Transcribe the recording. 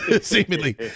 seemingly